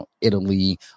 Italy